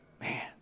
Man